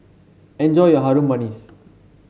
enjoy your Harum Manis